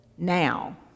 now